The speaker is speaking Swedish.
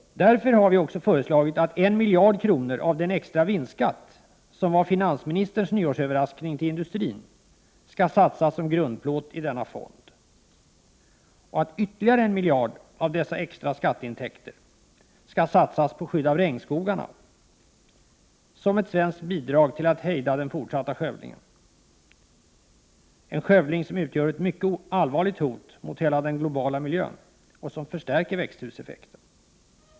Därför har vi också föreslagit att 1 miljard kronor av den extra vinstskatt som var finansministerns nyårsöverraskning till industrin skall satsas som grundplåt i denna fond och att ytterligare 1 miljard av dessa extra skatteintäkter skall satsas på skydd av regnskogarna som ett svenskt bidrag till att hejda den fortsatta skövlingen, en skövling som utgör ett mycket allvarligt hot mot hela den globala miljön och som förstärker växthuseffekten.